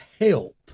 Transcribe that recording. help